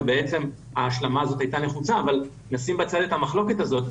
ובעצם ההשלמה הזאת הייתה נחוצה אבל נשים בצד את המחלוקת הזאת.